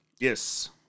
Yes